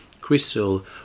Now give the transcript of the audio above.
crystal